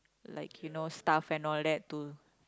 like you know stuff and all that to